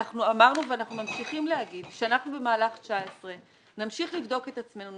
אמרנו ואנחנו ממשיכים לומר שאנחנו במהלך 2019 נמשיך לבדוק את עצמנו,